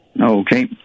Okay